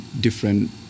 different